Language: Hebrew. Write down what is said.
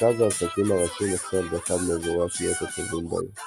מרכז העסקים הראשי נחשב לאחד מאזורי הקניות הטובים בעיר;